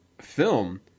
film